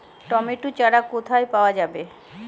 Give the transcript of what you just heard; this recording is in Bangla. টমেটো চারা কোথায় পাওয়া যাবে?